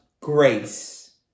grace